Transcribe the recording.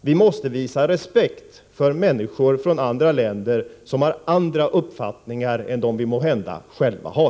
Vi måste visa respekt för människor från andra länder som har andra uppfattningar än dem vi måhända själva har.